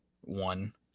one